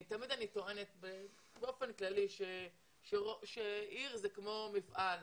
תמיד אני טוענת באופן כללי שעיר היא כמו מפעל.